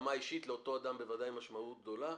ברמה האישית לאותו אדם בוודאי משמעות גדולה,